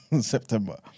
September